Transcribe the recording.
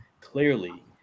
clearly